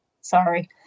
Sorry